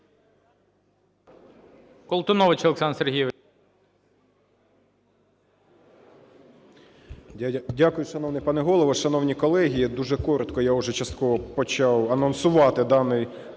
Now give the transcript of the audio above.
Дякую, шановний пане голово. Шановні колеги, дуже коротко. Я уже частково почав анонсувати даний